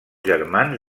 germans